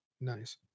Nice